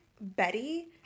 Betty